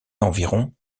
d’environ